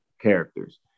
characters